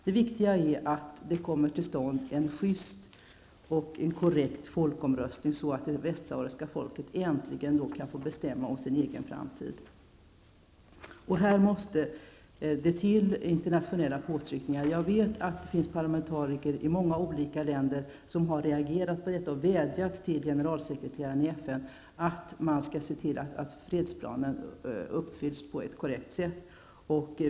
Det viktiga är att en schyst och korrekt folkomröstning kommer till stånd, så att det västsahariska folket äntligen kan få bestämma om sin egen framtid. Här måste det till internationella påtryckningar. Jag vet att det i många olika länder finns parlamentariker som har reagerat på dessa förhållanden och vädjat till generalsekreteraren i FN om att man skall se till att fredsplanen uppfylls på ett korrekt sätt.